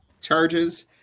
charges